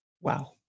Wow